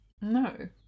no